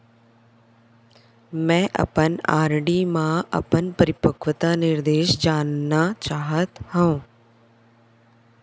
मै अपन आर.डी मा अपन परिपक्वता निर्देश जानना चाहात हव